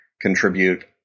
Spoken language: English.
contribute